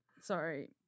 Sorry